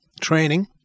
training